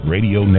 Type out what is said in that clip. Radio